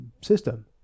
system